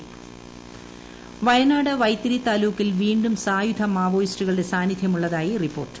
മാവോയിസ്റ്റുകൾ വയനാട് വൈത്തിരി താലൂക്കിൽ വീണ്ടും സായുധ മാവോയിസ്റ്റുകളുടെ സാന്നിധ്യമുളളതായി റിപ്പോർട്ട്